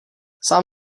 sám